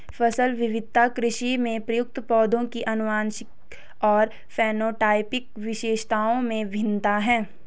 फसल विविधता कृषि में प्रयुक्त पौधों की आनुवंशिक और फेनोटाइपिक विशेषताओं में भिन्नता है